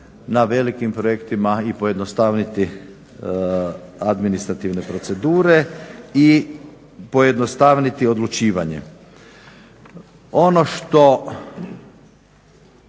na velikim projektima i pojednostaviti administrativne procedure i pojednostaviti odlučivanje. Ono što